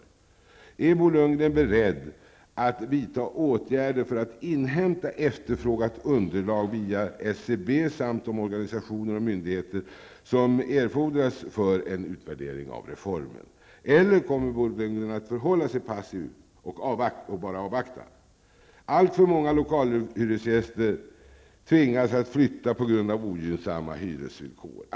Är Bo Lundgren beredd att vidta åtgärder för att inhämta det efterfrågade underlaget, via SCB samt de organisationer och myndigheter, som erfordras för en utvärdering av reformen? Eller kommer Bo Lundgren att förhålla sig passiv och bara avvakta? Alltför många lokalhyresgäster tvingas nu flytta på grund av ogynnsamma hyresvillkor.